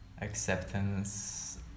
acceptance